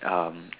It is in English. um